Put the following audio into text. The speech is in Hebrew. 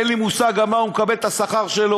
אין לי מושג על מה הוא מקבל את השכר שלו.